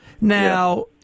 now